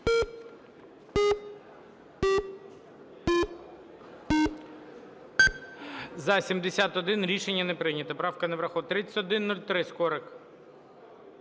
За-71 Рішення не прийнято. Правка не врахована. 3103, Скорик.